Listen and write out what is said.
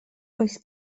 oes